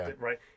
right